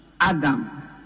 Adam